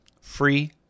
free